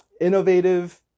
innovative